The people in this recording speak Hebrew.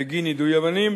בגין יידוי אבנים,